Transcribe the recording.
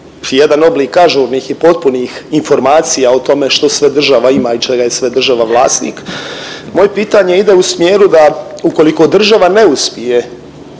jedan oblik ažurnih i potpunih informacija o tome što sve država ima i čega je sve država vlasnik. Moje pitanje ide u smjeru da ukoliko država ne uspije